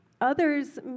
Others